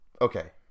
okay